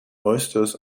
oysters